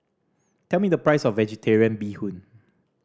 tell me the price of Vegetarian Bee Hoon